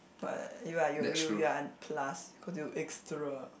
but you are you you you are an plus cause you extra